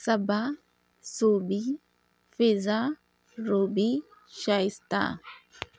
Saba Sobi Faza Ruby Shaista